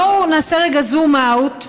בואו נעשה רגע זום אאוט,